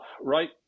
right